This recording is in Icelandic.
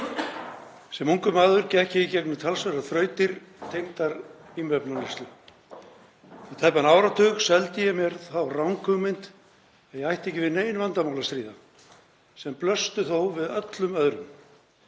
Sem ungur maður gekk ég í gegnum talsverðrar þrautir tengdar vímuefnaneyslu. Í tæpan áratug seldi ég mér þá ranghugmynd að ég ætti ekki við nein vandamál að stríða, sem blöstu þó við öllum öðrum.